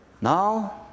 Now